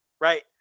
right